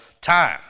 time